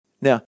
Now